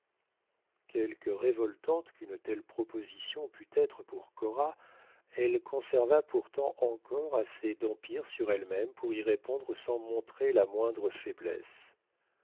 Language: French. quelque révoltante qu'une telle proposition pût être pour cora elle conserva pourtant encore assez d'empire sur ellemême pour y répondre sans montrer la moindre faiblesse